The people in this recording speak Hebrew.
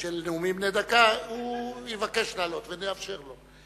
של נאומים בני דקה, הוא יבקש לעלות, ונאפשר לו.